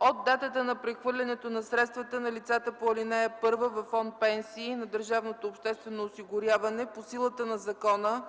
„От датата на прехвърлянето на средствата на лицата по ал. 1 във фонд „Пенсии” на държавното обществено осигуряване по силата на закона